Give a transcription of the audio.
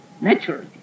naturally